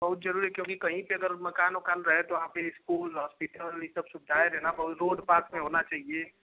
बहुत ज़रूरी है क्योंकि कहीं पर अगर मकान उकान रहे तो आप यह स्कूल हॉस्पिटल यह सब सुविधाएं देना बहु रोड पास में होना चाहिए